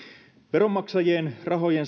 veronmaksajien rahojen